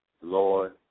Lord